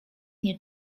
nie